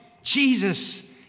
Jesus